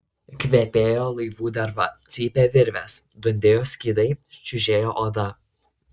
kvepėjo laivų derva cypė virvės dundėjo skydai čiužėjo oda